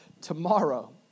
tomorrow